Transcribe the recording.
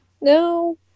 No